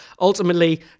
ultimately